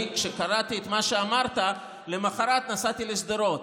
כשקראתי את מה שאמרת למוחרת נסעתי לשדרות,